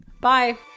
Bye